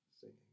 singing